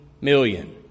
million